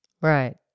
Right